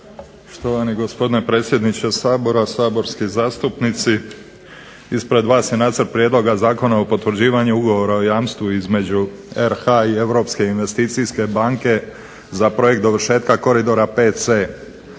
Štovani gospodine predsjedniče Sabora, saborski zastupnici. Ispred vas je Nacrt prijedloga Zakona o potvrđivanju Ugovora o jamstvu između RH i Europske investicijske banke za projekt dovršetka koridora VC.